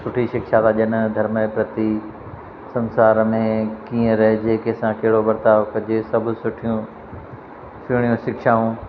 सुठी शिक्षा था ॾियनि धर्म जे प्रति संसार में कीअं रहिजे कंहिंसा कहिड़ो बर्ताव कजे सभु सुठियूं सुहिणियूं शिक्षाऊं